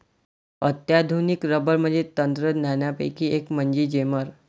अत्याधुनिक रबर तंत्रज्ञानापैकी एक म्हणजे जेमर